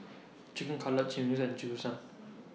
Chicken Cutlet Chimichangas and Jingisukan